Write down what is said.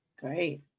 Great